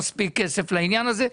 כסף לעניין הזה?